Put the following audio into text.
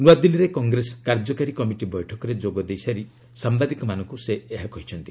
ନୂଆଦିଲ୍ଲୀରେ କଂଗ୍ରେସ କାର୍ଯ୍ୟକାରୀ କମିଟି ବୈଠକରେ ଯୋଗଦେଇସାରି ସାମ୍ବାଦିକମାନଙ୍କୁ ସେ ଏହା କହିଛନ୍ତି